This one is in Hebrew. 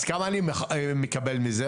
אז, כמה אני מקבל מזה?